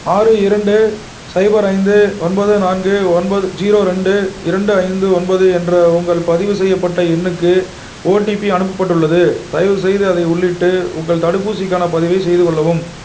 ஆறு இரண்டு சைபர் ஐந்து ஒன்பது நான்கு ஒன்பது ஜீரோ ரெண்டு இரண்டு ஐந்து ஒன்பது என்ற உங்கள் பதிவு செய்யப்பட்ட எண்ணுக்கு ஓடிபி அனுப்பப்பட்டுள்ளது தயவுசெய்து அதை உள்ளிட்டு உங்கள் தடுப்பூசிக்கான பதிவை செய்து கொள்ளவும்